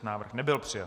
Návrh nebyl přijat.